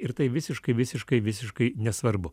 ir tai visiškai visiškai visiškai nesvarbu